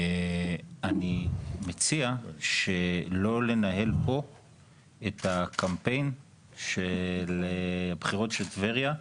אני מציע שלא לנהל פה את הקמפיין של הבחירות של טבריה.